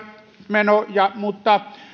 menoja mutta